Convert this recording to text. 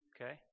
Okay